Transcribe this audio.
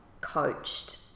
coached